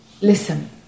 Listen